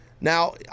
Now